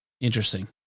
interesting